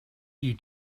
you